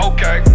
Okay